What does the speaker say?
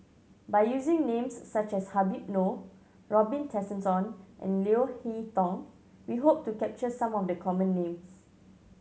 by using names such as Habib Noh Robin Tessensohn and Leo Hee Tong we hope to capture some of the common names